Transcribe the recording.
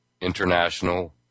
international